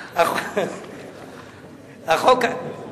מה שלא עשית במשך הרבה שנים.